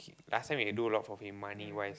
last time we can do a lot for him money wise